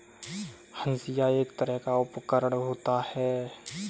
हंसिआ एक तरह का उपकरण होता है